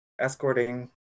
escorting